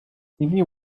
stevie